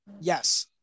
yes